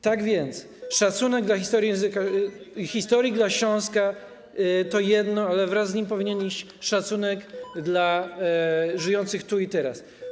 Tak więc szacunek dla historii i języka Śląska to jedno, ale wraz z nim powinien iść szacunek dla żyjących tu i teraz.